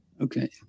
okay